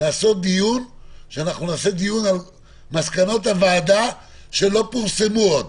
שנעשה דיון על מסקנות הוועדה שלא פורסמו עוד.